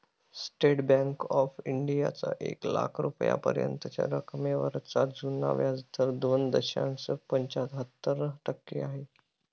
state bank of इंडियाचा एक लाख रुपयांपर्यंतच्या रकमेवरचा जुना व्याजदर दोन दशांश पंच्याहत्तर टक्के आहे